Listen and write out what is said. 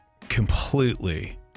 completely